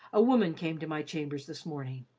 a woman came to my chambers this morning.